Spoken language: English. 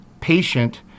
patient